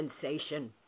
sensation